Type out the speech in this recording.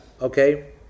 okay